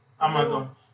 Amazon